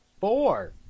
Four